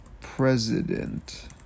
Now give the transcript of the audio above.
president